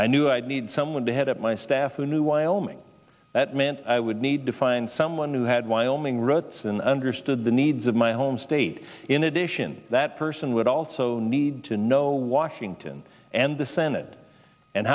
i knew i'd need someone to head up my staff who knew wyoming that meant i would need to find someone who had wyoming roots and understood the needs of my home state in addition that person would also need to know washington and the senate and